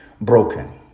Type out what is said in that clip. broken